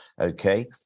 okay